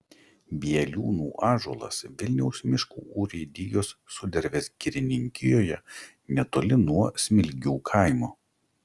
bieliūnų ąžuolas vilniaus miškų urėdijos sudervės girininkijoje netoli nuo smilgių kaimo